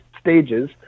stages